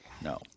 No